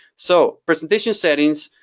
so presentation settings,